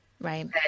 Right